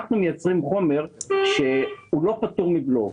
אנחנו מייצרים חומר שלא פטור מבלו.